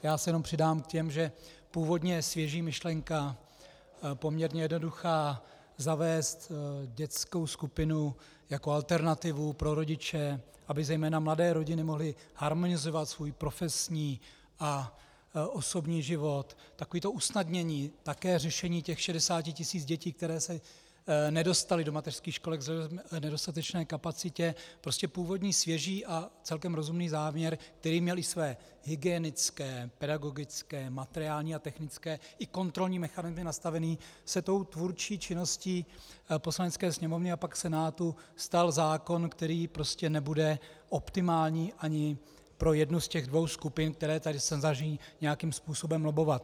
Já se jenom přidám s tím, že původně svěží myšlenka, poměrně jednoduchá, zavést dětskou skupinu jako alternativu pro rodiče, aby zejména mladé rodiny mohly harmonizovat svůj profesní a osobní život, takové to usnadnění, také řešení těch 60 tisíc dětí, které se nedostaly do mateřských školek vzhledem k nedostatečné kapacitě, prostě původní svěží a celkem rozumný záměr, který měl i své hygienické, pedagogické, materiální a technické i kontrolní mechanismy nastaveny, se tvůrčí činností Poslanecké sněmovny a pak Senátu stal zákonem, který prostě nebude optimální ani pro jednu ze dvou skupin, které se tady snaží nějakým způsobem lobbovat.